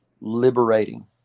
liberating